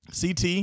CT